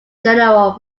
general